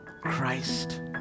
Christ